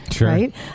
right